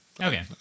Okay